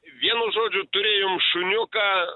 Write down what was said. vienu žodžiu turėjom šuniuką